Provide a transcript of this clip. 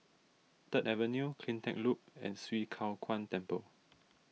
Third Avenue CleanTech Loop and Swee Kow Kuan Temple